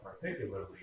particularly